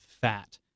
fat